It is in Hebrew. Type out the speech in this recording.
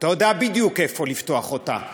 אתה יודע בדיוק איפה לפתוח אותה.